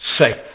safe